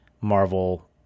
Marvel